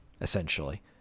essentially